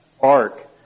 Ark